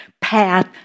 path